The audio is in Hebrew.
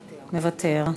מוותר.